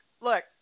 look